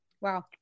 Wow